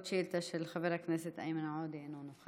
עוד שאילתה של חבר הכנסת איימן עודה, אינו נוכח,